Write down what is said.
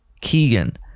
Keegan